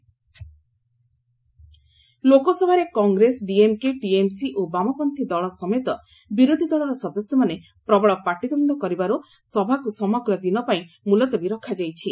LS adjourned ଲୋକସଭାରେ Congress DMK TMC ଓ ବାମପନ୍ତ୍ରୀ ଦଳ ସମେତ ବିରୋଧୀ ଦଳର ସଦସ୍ୟମାନେ ପ୍ରବଳ ପାଟିତୃଷ୍ଣ କରିବାର୍ତ ସଭାକୁ ସମଗ୍ର ଦିନପାଇଁ ମୁଲତବୀ ରଖାଯାଇଛି